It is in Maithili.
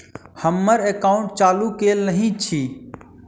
हम्मर एकाउंट चालू केल नहि अछि?